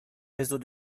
réseau